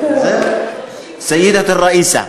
סידת א-ראיסה.